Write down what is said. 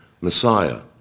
Messiah